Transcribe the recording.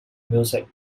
music